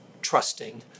trusting